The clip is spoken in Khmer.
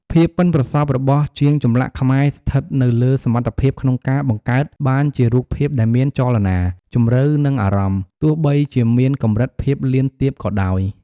ភាពប៉ិនប្រសប់របស់ជាងចម្លាក់ខ្មែរស្ថិតនៅលើសមត្ថភាពក្នុងការបង្កើតបានជារូបភាពដែលមានចលនា ជម្រៅ និងអារម្មណ៍ ទោះបីជាមានកម្រិតភាពលៀនទាបក៏ដោយ។